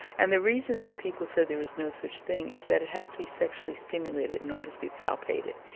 and the reason that people said there is no such thing is that it has to be sexually stimulated in order to be palpated,